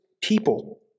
people